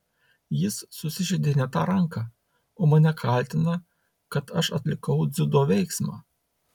jis susižeidė ne tą ranką o mane kaltina kad aš atlikau dziudo veiksmą